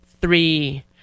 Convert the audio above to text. three